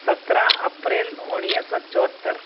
सत्रहं अप्रेल उणिवीह सौ चोहतरि